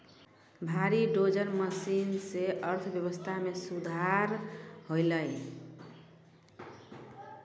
भारी dozer machine सें अर्थव्यवस्था मे सुधार होलय